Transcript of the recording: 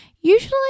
usually